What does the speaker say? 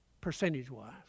percentage-wise